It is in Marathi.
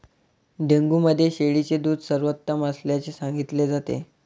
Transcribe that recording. डेंग्यू मध्ये शेळीचे दूध सर्वोत्तम असल्याचे सांगितले जाते